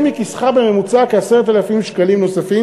מכיסך בממוצע כ-10,000 שקלים נוספים,